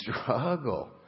struggle